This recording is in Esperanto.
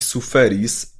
suferis